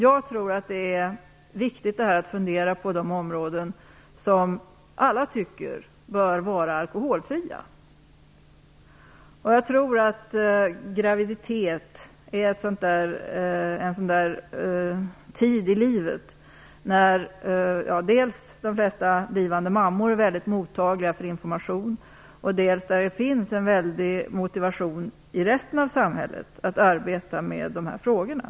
Jag tror också att det är viktigt att fundera över de områden som alla tycker bör vara alkoholfria. Graviditeten är nog en tid i livet då de flesta blivande mammor är mycket mottagliga för information. Då finns det också en stor motivation i resten av samhället att arbeta med de här frågorna.